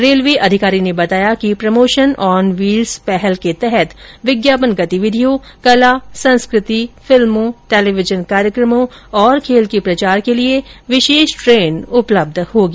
railway अधिकारी ने बताया कि प्रमोशन ऑन व्हील्स पहल के तहत विज्ञापन गॅतिविधियों कला संस्कृति फिल्मों टेलीविजन कार्यक्रमों और खेल के प्रचार के लिए विशेष ट्रेन उपलब्ध होगी